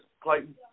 Clayton